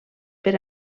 per